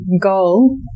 goal